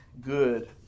good